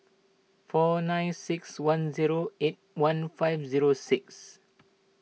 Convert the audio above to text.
four nine six one zero eight one five zero six